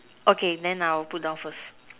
okay then I will put down first